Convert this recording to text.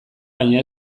baina